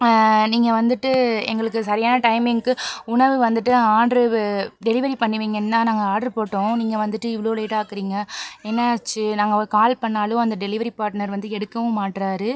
நீங்கள் வந்துட்டு எங்களுக்கு சரியான டைமிங்க்கு உணவு வந்துட்டு ஆர்டரு டெலிவரி பண்ணுவீங்கன்னு தான் நாங்கள் ஆர்டரு போட்டோம் நீங்கள் வந்துட்டு இவ்வளோ லேட்டாக்குறிங்க என்னாச்சு நாங்கள் அவருக்கு கால் பண்ணாலும் அந்த டெலிவரி பாட்னர் வந்து எடுக்கவும் மாட்டுறாரு